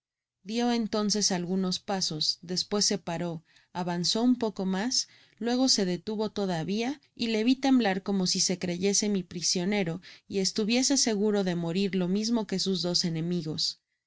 dio entonces algunos pasos despues se paró avanzó un poco mas luego se detuve todavia y le vi temblar cemo si se creyese mi prisionero y estuviese seguro de morir lo mismo que sus dos enemigos